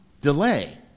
delay